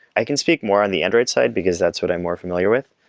i can speak more on the android side, because that's what i'm more familiar with,